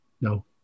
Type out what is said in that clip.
no